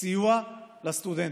סיוע לסטודנטים,